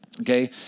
Okay